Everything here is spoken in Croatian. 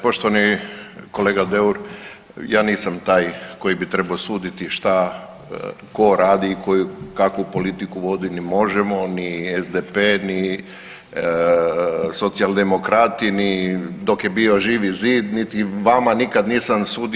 Poštovani kolega Deur, ja nisam taj koji bi trebao suditi šta tko radi i kakvu politiku vodi, ni MOŽEMO, ni SDP, ni Socijaldemokrati, ni dok je bio Živi zid niti vama nisam sudio.